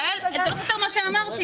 יעל, --- את מה שאמרתי.